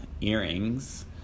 earrings